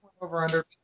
over-under